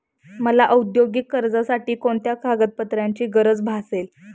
मला औद्योगिक कर्जासाठी कोणत्या कागदपत्रांची गरज भासेल?